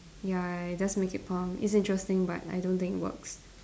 ya just make it plump it's interesting but I don't think it works